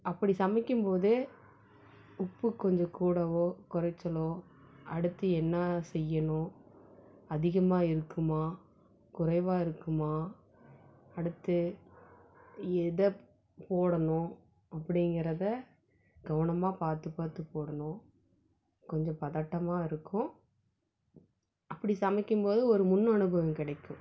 அப்படி சமைக்கும்போது உப்பு கொஞ்சம் கூடவோ குறைச்சலோ அடுத்து என்ன செய்யணும் அதிகமாக இருக்குமா குறைவாக இருக்குமா அடுத்து எதை போடணும் அப்படிங்கிறத கவனமாக பார்த்து பார்த்து போடணும் கொஞ்சம் பதட்டமாக இருக்கும் அப்படி சமைக்கும்போது ஒரு முன் அனுபவம் கிடைக்கும்